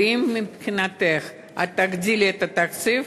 ואם מבחינתך את תגדילי את התקציב,